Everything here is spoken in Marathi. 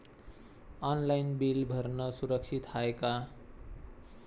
ऑनलाईन बिल भरनं सुरक्षित हाय का?